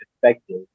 perspective